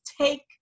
take